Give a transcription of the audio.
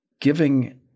giving